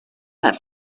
but